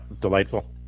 delightful